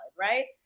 right